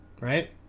right